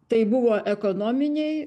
tai buvo ekonominiai